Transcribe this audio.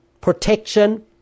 protection